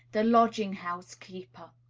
the lodging-house keeper?